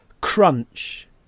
crunch